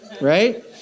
right